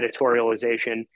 editorialization